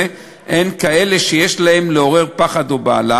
הן כאלה שיש בהן לעורר פחד או בהלה.